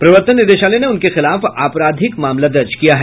प्रवर्तन निदेशालय ने उनके खिलाफ आपराधिक मामला दर्ज किया है